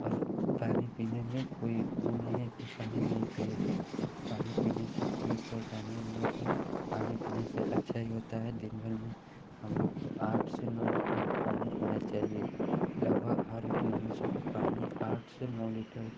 और पानी पीने में कोई वह नहीं है कि पानी नहीं पिएँ पानी पीने से कोई परेशानियाँ नहीं होती हैं पानी पीने से अच्छा ही होता है दिनभर में हमलोग को आठ से नौ लीटर पानी पीना चाहिए लगभग हर एक मनुष्य को पानी आठ से नौ लीटर